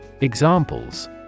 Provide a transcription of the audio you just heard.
Examples